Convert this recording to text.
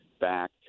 back